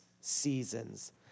seasons